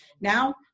Now